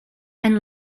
and